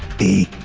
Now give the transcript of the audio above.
the